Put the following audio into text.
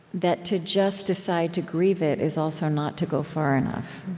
that to just decide to grieve it is also not to go far enough,